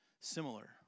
similar